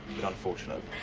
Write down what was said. unfortunate.